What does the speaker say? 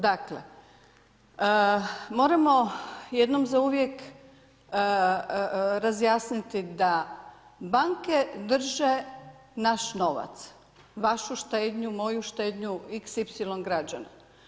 Dakle, moramo jednom zauvijek, razjasniti da banke drže naš novac, vašu štednju, moju štednju, x y građana.